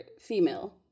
female